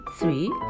Three